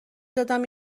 دادم